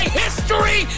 history